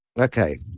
Okay